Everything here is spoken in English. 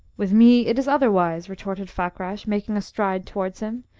with me it is otherwise, retorted fakrash, making a stride towards him.